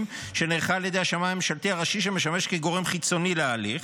שנערכת על ידי השמאי הממשלתי הראשי שמשמש גורם חיצוני להליך,